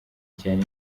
cyane